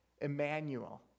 Emmanuel